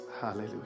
Hallelujah